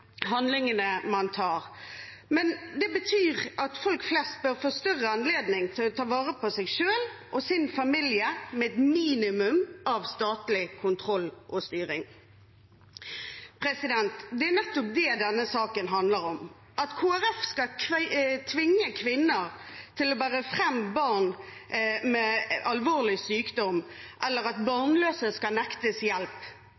handlingene man gjør, men det betyr at folk flest bør få større anledning til å ta vare på seg selv og sin familie med et minimum av statlig kontroll og styring. Det er nettopp det denne saken handler om. At Kristelig Folkeparti skal tvinge kvinner til å bære fram barn med alvorlig sykdom, eller at barnløse skal nektes hjelp,